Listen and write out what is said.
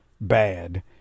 bad